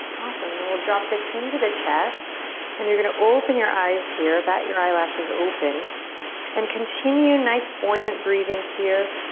awesome, then we'll drop the chin to the chest and you're gonna open your eyes here, bat your eyelashes open and continue nice buoyant breathing here